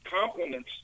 compliments